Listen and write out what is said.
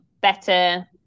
better